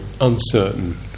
uncertain